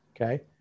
okay